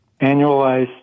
annualized